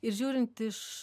ir žiūrint iš